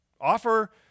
Offer